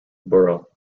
borough